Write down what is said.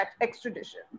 extradition